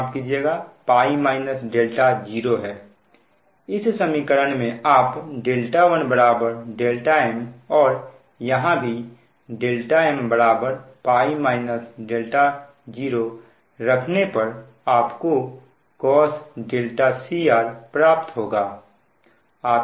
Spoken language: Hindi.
इस समीकरण में आप 1 δm और यहां भी δm π 0रखने पर आप को cos cr प्राप्त होगा